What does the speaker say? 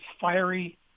fiery